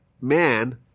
man